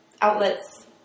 outlets